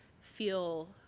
feel